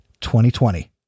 2020